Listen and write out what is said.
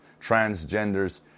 transgenders